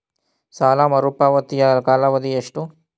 ಸಾಲ ಮರುಪಾವತಿಯ ಕಾಲಾವಧಿ ಎಷ್ಟು?